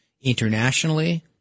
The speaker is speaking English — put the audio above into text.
internationally